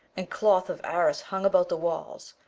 and cloth of arras hung about the walls,